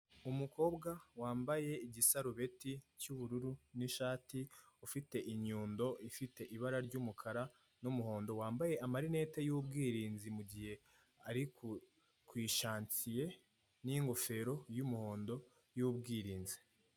Umukobwa wambaye igisarubeti cy'ubururu n'ishati, ufite inyundo ifite ibara ry'umukara n'umuhondo, wambaye amarinete y'ubwirinzi mu gihe ari ku ishansiye, n'ingofero y'umuhondo y'ubwirinzi.